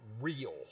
real